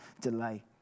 delay